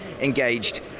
engaged